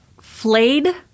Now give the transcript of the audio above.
Flayed